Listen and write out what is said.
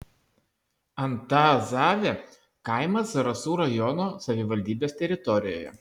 antazavė kaimas zarasų rajono savivaldybės teritorijoje